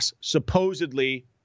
supposedly